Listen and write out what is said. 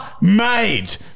made